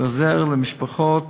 ועוזר למשפחות,